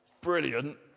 brilliant